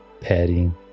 Petting